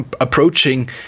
Approaching